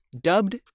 dubbed